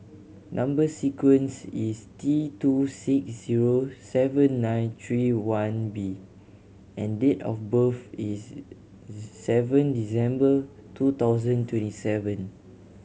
number sequence is T two six zero seven nine three one B and date of birth is seven December two thousand twenty seven